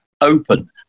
open